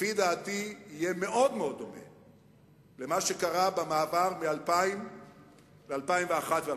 לפי דעתי יהיה מאוד מאוד דומה למה שקרה במעבר מ-2000 ל-2001 ו-2002,